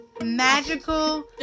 Magical